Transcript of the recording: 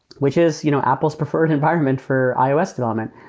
which is you know apple's preferred environment for ios development,